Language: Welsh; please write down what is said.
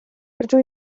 rydw